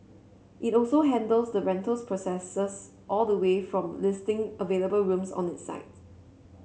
it also handles the rentals processes all the way from listing available rooms on it site